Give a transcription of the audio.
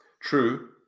True